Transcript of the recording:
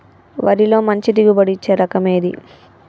వరిలో మంచి దిగుబడి ఇచ్చే రకం ఏది?